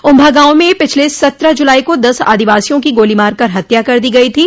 उभ्भा गांव में पिछले सत्रह जुलाई को दस आदिवासियों की गोली मार कर हत्या कर दी गई थी